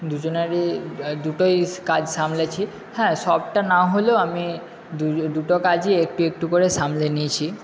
দুজনেরই দুটোই কাজ সামলেছি হ্যাঁ সবটা না হলেও আমি দুটো কাজই একটু একটু করে সামলে নিয়েছি